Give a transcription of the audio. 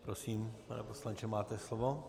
Prosím, pane poslanče, máte slovo.